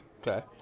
Okay